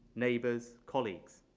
neighbours, colleagues.